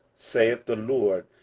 saith the lord,